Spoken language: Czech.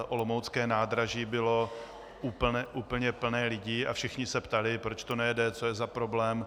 Olomoucké nádraží bylo úplně plné lidí a všichni se ptali, proč to nejede, co je za problém.